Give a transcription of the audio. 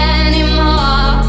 anymore